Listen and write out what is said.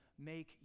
make